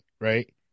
right